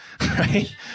right